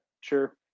sure